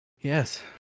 Yes